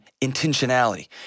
intentionality